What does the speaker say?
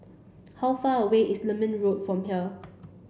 how far away is Lermit Road from here